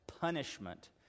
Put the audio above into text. punishment